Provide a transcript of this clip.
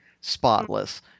spotless